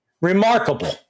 remarkable